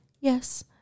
yes